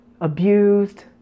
abused